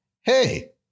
hey